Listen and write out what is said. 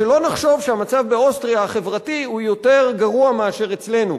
שלא נחשוב שהמצב החברתי באוסטריה הוא יותר גרוע מאשר אצלנו,